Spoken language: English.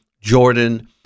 Jordan